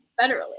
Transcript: federally